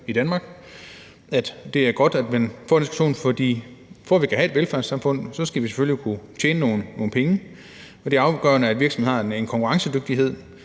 i Danmark. Det er godt, at vi får den diskussion, for for at vi kan have et velfærdssamfund, skal vi selvfølgelig kunne tjene nogle penge, og det er afgørende, at virksomhederne har en konkurrencedygtighed